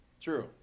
True